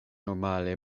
normale